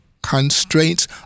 constraints